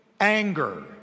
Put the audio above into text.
anger